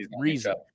reason